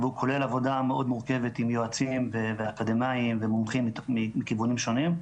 הוא כולל עבודה מאוד מורכבת עם יועצים ואקדמאים ומומחים מכיוונים שונים,